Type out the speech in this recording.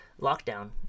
lockdown